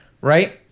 right